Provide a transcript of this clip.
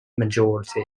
majority